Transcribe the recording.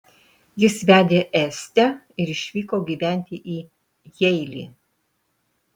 jis vedė estę ir išvyko gyventi į jeilį